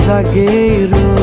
Zagueiro